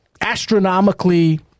astronomically